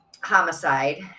homicide